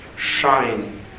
shine